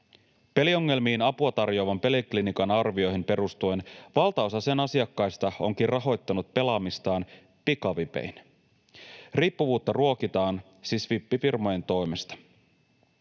Peliongelmiin apua tarjoavan Peliklinikan arvioihin perustuen valtaosa sen asiakkaista onkin rahoittanut pelaamistaan pikavipein. Riippuvuutta ruokitaan siis vippifirmojen toimesta.